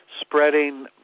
spreading